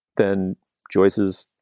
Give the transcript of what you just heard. then joyce's,